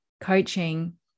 coaching